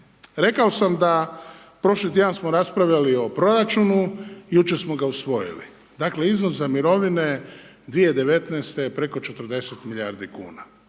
Rekao sam da prošli tjedan smo raspravljali o proračunu, jučer smo ga usvojili. Dakle iznos za mirovine 2019. je preko 40 milijardi kuna.